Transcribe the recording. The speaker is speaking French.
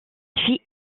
fit